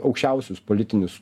aukščiausius politinius